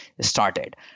started